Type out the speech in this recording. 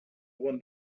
one